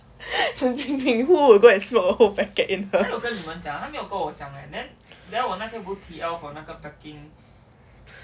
神经病 who will go and smoke a whole packet in the